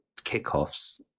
kickoffs